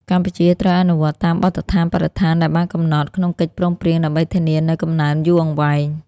កម្ពុជាត្រូវអនុវត្តតាមបទដ្ឋានបរិស្ថានដែលបានកំណត់ក្នុងកិច្ចព្រមព្រៀង ដើម្បីធានានូវកំណើនយូរអង្វែង។